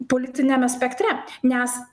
politiniame spektre nes